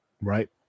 Right